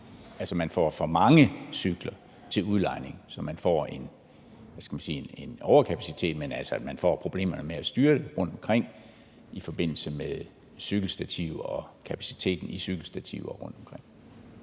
at man får for mange cykler til udlejning, så man får en overkapacitet og problemer med at styre det rundtomkring i forbindelse med at have cykelstativer nok og